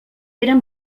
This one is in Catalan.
eren